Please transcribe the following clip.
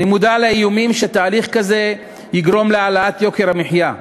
אני מודע לאיומים שתהליך כזה יגרום להעלאת יוקר המחיה.